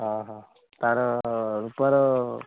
ହଁ ହଁ ତା'ର ରୂପାର